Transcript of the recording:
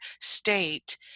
state